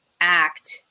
act